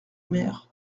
mer